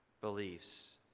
beliefs